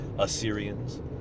Assyrians